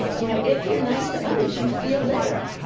you know, if you're nice to others you feel better.